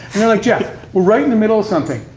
and they're like, jeff. we're right in the middle of something.